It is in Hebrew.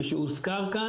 כשהורסים בית,